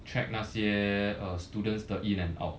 track 那些 uh students the in and out